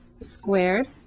squared